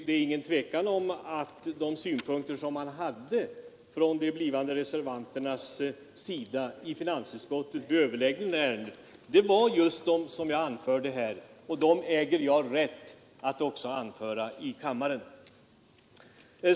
Det är inget tvivel om att de synpunkter som de blivande reservanterna hade i finansutskottet vid överläggningen i ärendet var just de som jag anförde här, och dem äger jag rätt att också anföra i kammaren.